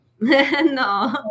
no